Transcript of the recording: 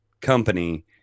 company